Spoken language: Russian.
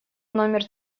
номер